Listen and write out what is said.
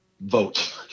vote